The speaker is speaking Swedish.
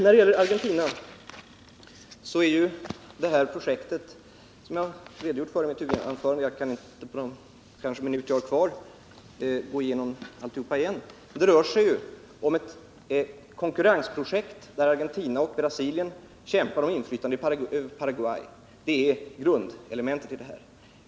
Jag har redogjort för projektet i Argentina i mitt huvudanförande, och jag kan inte gå igenom alltihop igen, men jag kan i korthet nämna att det rör sig om ett konkurrensprojekt, där Argentina och Brasilien kämpar om inflytande i Paraguay. Det är grundelementet i det hela.